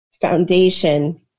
foundation